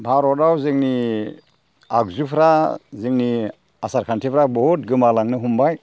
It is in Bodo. भारतआव जोंनि आगजुफोरा जोंनि आसार खान्थिफोरा बहुद गोमालांनो हमबाय